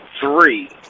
three